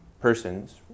persons